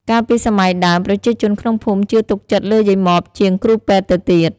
កាលពីសម័យដើម ប្រជាជនក្នុងភូមិជឿទុកចិត្តលើយាយម៉បជាងគ្រូពេទ្យទៅទៀត។